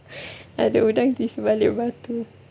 ada udang di sebalik batu